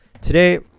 today